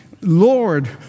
Lord